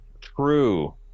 True